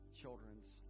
children's